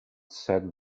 said